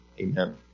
Amen